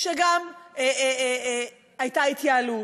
שגם הייתה התייעלות.